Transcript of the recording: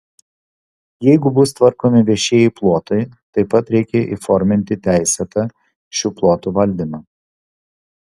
jeigu bus tvarkomi viešieji plotai taip pat reikia įforminti teisėtą šių plotų valdymą